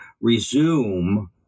resume